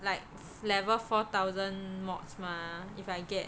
like level four thousand mods mah if I get